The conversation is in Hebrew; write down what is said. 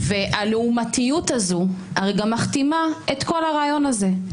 והלעומתיות הזאת גם מכתימה את כל הרעיון הזה,